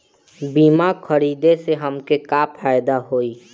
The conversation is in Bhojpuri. बीमा खरीदे से हमके का फायदा होई?